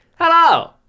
Hello